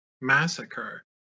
massacre